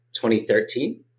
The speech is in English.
2013